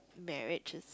marriages